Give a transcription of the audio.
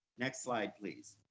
next slide, please.